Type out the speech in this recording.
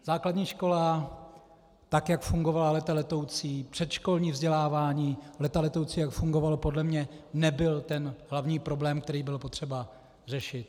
Základní škola, tak jak fungovala léta letoucí, předškolní vzdělávání léta letoucí jak fungovalo podle mě, nebyl ten hlavní problém, který bylo potřeba řešit.